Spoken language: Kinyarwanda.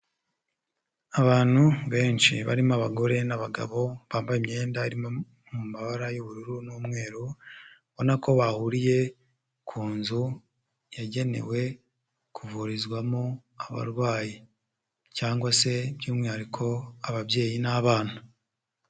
Abantu benshi barimo abagore n'abagabo bambaye imyenda imo mu mabara y'ubururu n'umweru, ubona ko bahuriye ku nzu yagenewe kuvurizwamo abarwayi cyangwa se by'umwihariko ababyeyi n'abana.